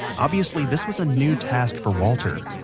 obviously this was a new task for walter.